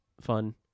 fun